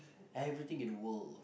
everything in the world